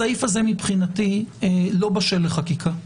הסעיף הזה מבחינתי לא בשל לחקיקה.